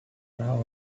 are